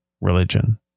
religion